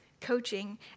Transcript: coaching